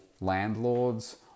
landlords